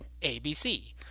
ABC